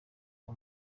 uwo